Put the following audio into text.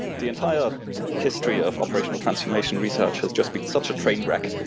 the entire history of operational transformation research has just been such a train wreck.